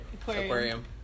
Aquarium